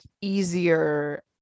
easier